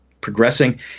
progressing